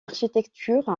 architecture